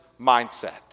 mindset